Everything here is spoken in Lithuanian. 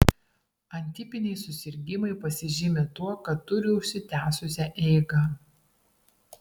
atipiniai susirgimai pasižymi tuo kad turi užsitęsusią eigą